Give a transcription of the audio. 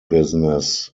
business